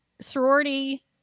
sorority